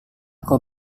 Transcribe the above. kau